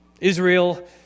Israel